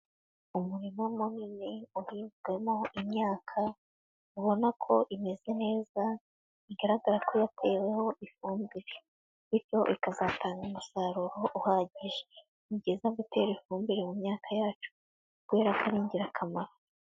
Umurima munini uhinzwemo imyaka, ubona ko imeze neza, bigaragara ko yateweho ifumbire. Bityo ikazatanga umusaruro uhagije. Ni byiza gutera ifumbire mu myaka yacu, kubera ko ari ingirakamaro.